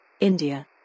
India